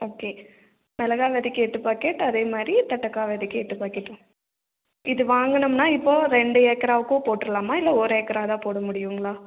okay மிளகா விதைக்கு எட்டு பாக்கெட் அதே மாதிரி தட்டக்காய் விதைக்கு எட்டு பாக்கெட்டும் இது வாங்குனோம்ன்னா இப்போ ரெண்டு ஏக்கராவுக்கும் போட்டுரலாமா ஒரு ஏக்கராகதான் போட முடியும்ங்களா